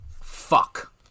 Fuck